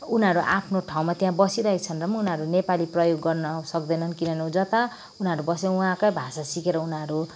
उनीहरू आफ्नो ठाउँमा त्यहाँ बसिरहेका छन् र पनि उनीहरू नेपाली प्रयोग गर्न सक्दैनन् किनभने जता उनीहरू बसे वहाँकै भाषा सिकेर उनीहरू